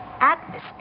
Atmosphere